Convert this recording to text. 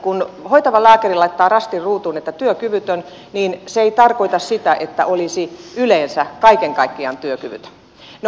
kun hoitava lääkäri laittaa rastin ruutuun työkyvytön niin se ei tarkoita sitä että olisi yleensä kaiken kaikkiaan työkyvytön